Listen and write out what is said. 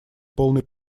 полной